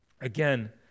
Again